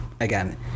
again